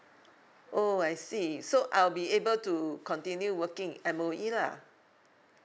oh I see so I will be able to continue working at M_O_E lah